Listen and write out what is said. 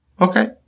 Okay